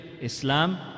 Islam